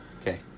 Okay